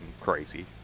crazy